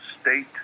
state